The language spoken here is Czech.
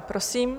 Prosím.